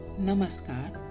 namaskar